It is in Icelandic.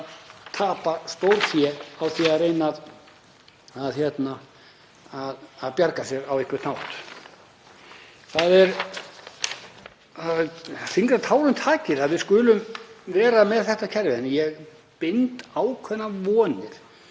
tapa stórfé á því að reyna að bjarga sér á einhvern hátt. Það er þyngra en tárum taki að við skulum vera með þetta kerfi en ég bind ákveðnar vonir